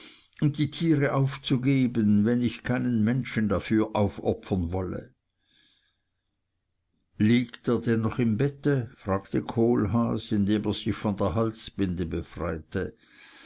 und die tiere aufzugeben wenn ich keinen menschen dafür aufopfern wolle liegt er denn noch im bette fragte kohlhaas indem er sich von der halsbinde befreite